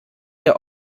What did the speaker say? der